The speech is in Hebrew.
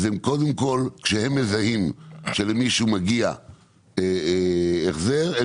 כשהם מזהים שלמישהו מגיע החזר הם